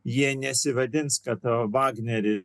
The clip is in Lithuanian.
jie nesivadins vagneri